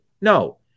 No